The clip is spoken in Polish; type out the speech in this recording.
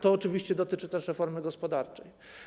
To oczywiście dotyczy też reformy gospodarczej.